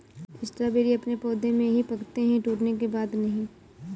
strawberry अपने पौधे में ही पकते है टूटने के बाद नहीं